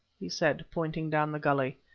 he said, pointing down the gully,